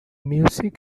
music